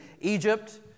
Egypt